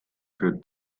für